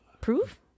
proof